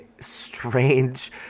strange